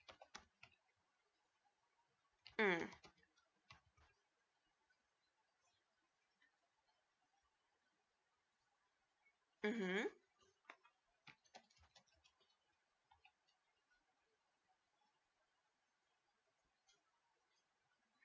mm mmhmm